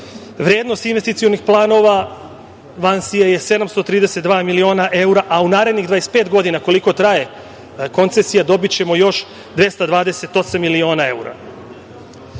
Vrednost investicionih planova "VINSI" je 732 miliona evra, a u narednih 25 godina koliko traje koncesija dobićemo još 228 miliona evra. Ne